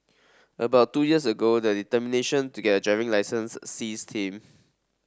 about two years ago the determination to get a driving licence seized him